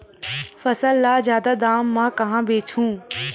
फसल ल जादा दाम म कहां बेचहु?